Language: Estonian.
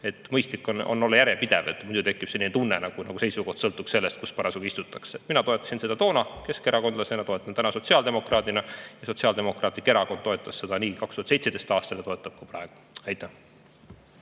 Mõistlik on olla järjepidev, muidu tekib selline tunne, nagu seisukoht sõltuks sellest, kus parasjagu istutakse. Mina toetasin seda toona keskerakondlasena ja toetan ka täna sotsiaaldemokraadina. Ja Sotsiaaldemokraatlik Erakond toetas seda nii 2017. aastal kui toetab ka praegu. Aitäh!